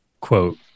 quote